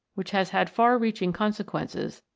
which has had far-reaching consequences,